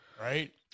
Right